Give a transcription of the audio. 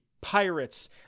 pirates